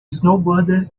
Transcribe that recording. snowboarder